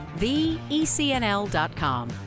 theecnl.com